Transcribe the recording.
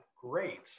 Great